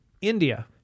India